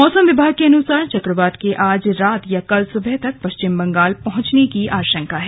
मौसम विभाग के अनुसार चक्रवात के आज रात या कल सुबह तक पश्चिम बंगाल पहुंचने की आशंका है